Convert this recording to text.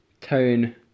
tone